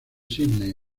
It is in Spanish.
sydney